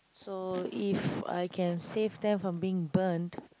so if I can save them from being burnt